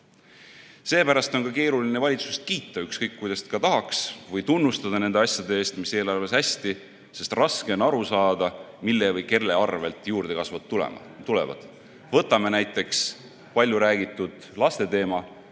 Seepärast on ka keeruline valitsust kiita, ükskõik kuidas ka ei tahaks, või tunnustada nende asjade eest, mis eelarves hästi – raske on aru saada, mille või kelle arvel juurdekasvud tulevad. Võtame näiteks paljuräägitud lasteteema,